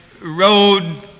road